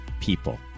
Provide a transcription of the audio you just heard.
people